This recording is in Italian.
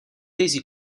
tesi